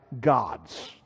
gods